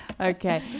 Okay